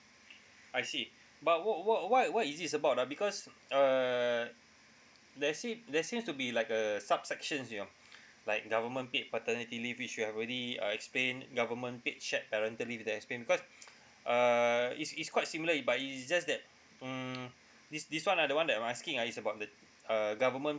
I see but what what what what is this about ah because err there seem there seems to be like a sub sections you know like government paid paternity leave which you have already uh explained government paid shared parental leave that explained because uh it's it's quite similar but it's just that mm this this one ah the one that I'm asking ah is about the uh government